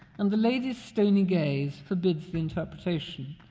and the lady's stony gaze forbids the interpretation.